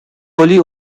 wholly